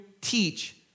teach